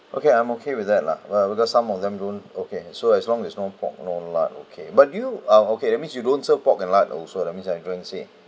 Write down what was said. okay I'm okay with that lah well because some of them don't okay so as long it's no pork no lard okay but you uh okay that means you don't sell pork and lard also that means I'm going to say